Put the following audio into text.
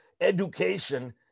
education